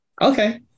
Okay